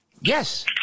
Yes